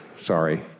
sorry